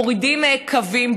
מורידים קווים,